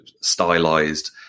stylized